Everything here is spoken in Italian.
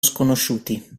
sconosciuti